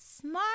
smart